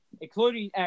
including